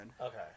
Okay